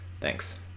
Thanks